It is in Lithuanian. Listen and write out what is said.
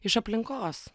iš aplinkos